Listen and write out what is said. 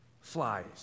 Flies